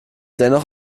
dennoch